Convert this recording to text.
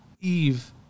Eve